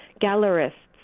gallerists,